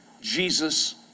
Jesus